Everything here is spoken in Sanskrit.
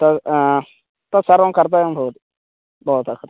त तत् सर्वं कर्तव्यम् भवति भवतः